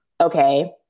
okay